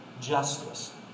Justice